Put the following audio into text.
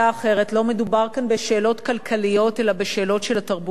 לא מדובר כאן בשאלות כלכליות אלא בשאלות של התרבות העברית,